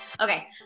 okay